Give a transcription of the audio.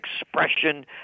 expression